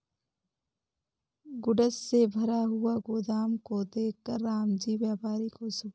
goods से भरा हुआ गोदाम को देखकर रामजी व्यापारी खुश हुए